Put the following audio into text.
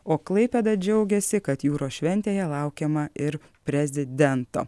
o klaipėda džiaugiasi kad jūros šventėje laukiama ir prezidento